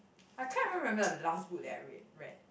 I can't really remember the last book that I read read